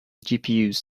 gpus